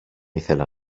ήθελα